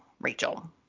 Rachel